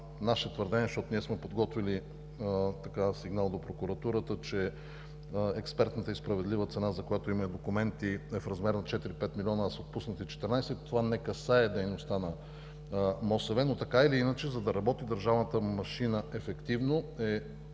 наше твърдение, защото ние сме подготвили сигнал до прокуратурата, че експертната и справедлива цена, за която има документи, е в размер на четири-пет милиона, а са отпуснати 14, това не касае дейността на МОСВ, но, така или иначе, за да работи държавната машина ефективно, е